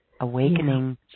awakening